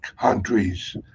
countries